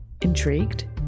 Intrigued